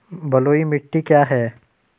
बलुई मिट्टी क्या है?